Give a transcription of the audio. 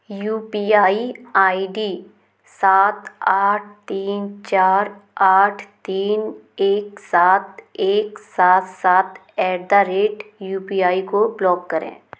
you P I I D सात आठ तीन चार आठ तीन एक सात एक सात सात eight the rate U P I को ब्लॉक करें